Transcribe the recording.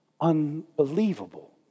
unbelievable